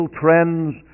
trends